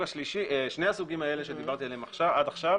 שני הסוגים האלה שדיברתי עליהם עד עכשיו